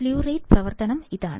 sleeve റേറ്റിന്റെ പ്രവർത്തനം അതാണ്